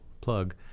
plug